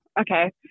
Okay